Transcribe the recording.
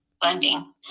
blending